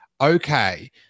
okay